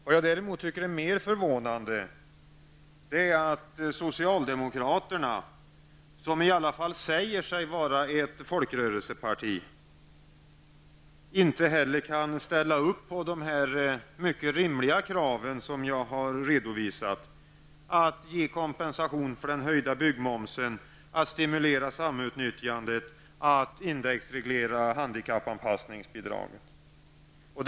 Vad jag däremot tycker är mer förvånande är att socialdemokraterna, som i alla fall säger sig vara ett folkrörelseparti, inte heller kan ställa upp på de mycket rimliga kraven att ge kompensation för den höjda byggmomsen, att stimulera samutnyttjande, att indexreglera handikappanpassningsbidraget.